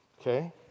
Okay